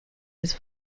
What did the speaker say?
his